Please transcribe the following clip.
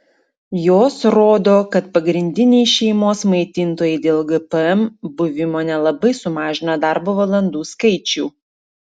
jos rodo kad pagrindiniai šeimos maitintojai dėl gpm buvimo nelabai sumažina darbo valandų skaičių